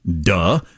Duh